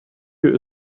you